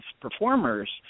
performers